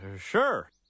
sure